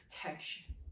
protection